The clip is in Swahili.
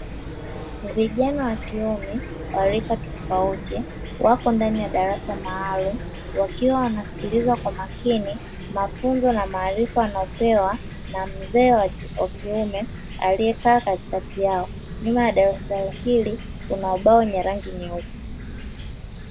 Vijana wa kiume wa rika tofauti wako ndani ya darasa maalumu wakiwa wanasikiliza kwa makini mafunzo na maarifa yanayopewa na mzee wa kiume aliyekaa katikati yao, nyuma ya darasa la hili kuna ubao nya rangi nyeupe.